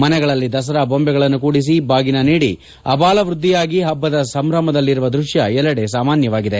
ಮನೆಗಳಲ್ಲಿ ದಸರಾ ಬೊಂಬೆಗಳನ್ನು ಕೂಡಿಸಿ ಬಾಗಿನ ನೀಡಿ ಅಬಾಲವ್ಬದ್ದಿಯಾಗಿ ಹಬ್ಬದ ಸಂಭ್ರಮದಲ್ಲಿರುವ ದೃಶ್ಯ ಎಲ್ಲೆಡೆ ಸಾಮಾನ್ಯವಾಗಿದೆ